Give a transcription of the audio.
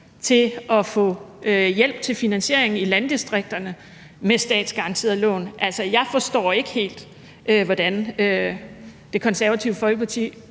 til at få hjælp til finansiering i landdistrikterne med statsgaranterede lån. Altså, jeg forstår ikke helt, hvordan Det Konservative Folkeparti